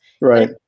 Right